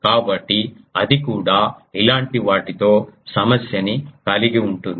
కాబట్టి అది కూడా ఇలాంటి వాటితో సమస్యని కలిగిఉంటుంది